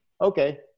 okay